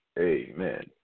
Amen